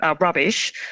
Rubbish